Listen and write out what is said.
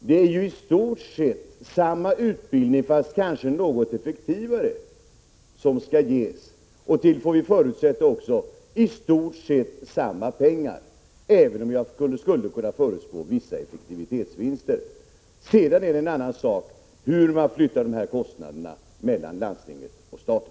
Det är ju i stort sett samma utbildning, fast kanske något effektivare, som skall ges till — det får vi också förutsätta — i stort sett samma kostnader, även om jag skulle kunna förutspå vissa effektivitetsvinster. Sedan är det en annan sak hur man flyttar dessa kostnader mellan landstingen och staten.